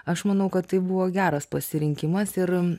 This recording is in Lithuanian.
aš manau kad tai buvo geras pasirinkimas ir